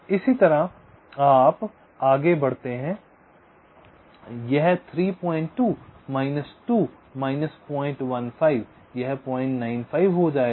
इसी तरह आप आगे बढ़ते हैं यह 32 माइनस 2 माइनस 015 यह 095 हो जाएगा